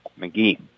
McGee